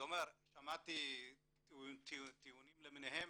שמעתי טיעונים למיניהם,